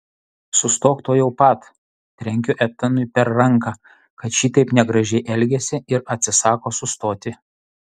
sustok tuojau pat trenkiu etanui per ranką kad šitaip negražiai elgiasi ir atsisako sustoti